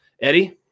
Eddie